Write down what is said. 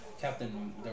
captain